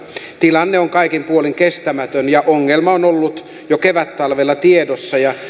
tilanne on kaikin puolin kestämätön ja ongelma on ollut jo kevättalvella tiedossa